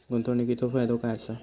गुंतवणीचो फायदो काय असा?